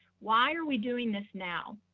why are we doing this now?